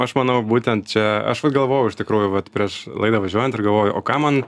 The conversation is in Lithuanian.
aš manau būtent čia aš vat pagalvojau iš tikrųjų vat prieš laidą važiuojant ir galvoju o ką man